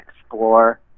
explore